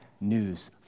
news